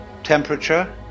Temperature